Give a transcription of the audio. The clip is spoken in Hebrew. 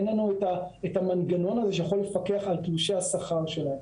אין לנו את המנגנון הזה שיכול לפקח על תלושי השכר שלהם.